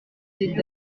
c’est